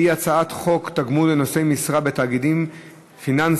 שהיא הצעת חוק תגמול לנושאי משרה בתאגידים פיננסיים